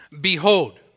Behold